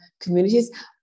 communities